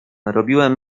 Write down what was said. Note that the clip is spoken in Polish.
robiłem